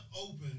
open